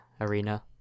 arena